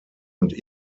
und